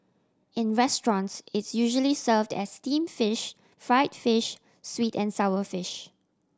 in restaurants it's usually served as steamed fish fried fish sweet and sour fish